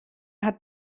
hat